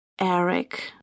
Eric